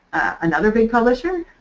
another big publisher